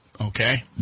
Okay